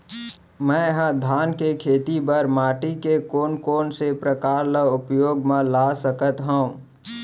मै ह धान के खेती बर माटी के कोन कोन से प्रकार ला उपयोग मा ला सकत हव?